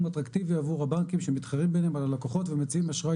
אטרקטיבי עבור הבנקים שמתחרים ביניהם על הלקוחות ומציעים אשראי